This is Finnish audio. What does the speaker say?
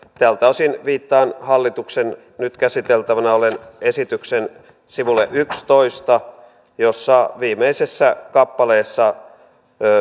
tältä osin viittaan hallituksen nyt käsiteltävänä olevan esityksen sivulle yksitoista jonka viimeisessä kappaleessa